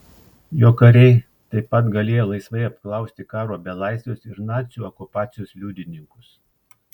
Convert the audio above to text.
jo kariai taip pat galėjo laisvai apklausti karo belaisvius ir nacių okupacijos liudininkus